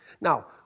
Now